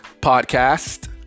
podcast